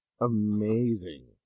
amazing